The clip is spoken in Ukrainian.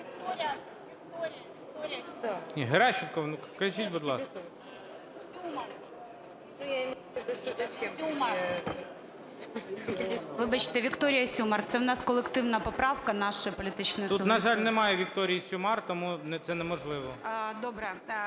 Вікторія Сюмар. Це в нас колективна поправка нашої політичної сили.